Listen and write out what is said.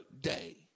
day